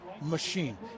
Machine